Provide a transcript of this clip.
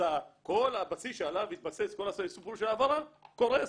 אז כל הבסיס שעליו התבסס כל הסיפור של ההעברה קורס,